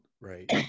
right